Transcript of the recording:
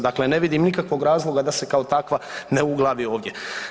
Dakle, ne vidim nikakvog razloga da se kao takva ne uglavi ovdje.